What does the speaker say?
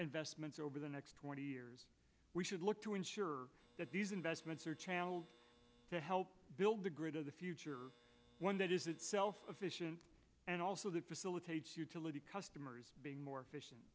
investments over the next twenty years we should look to ensure that these investments are channels to help build the grid of the future one that is self sufficient and also that facilitates utility customers being more efficient